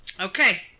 Okay